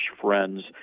friends